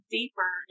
deeper